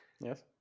yes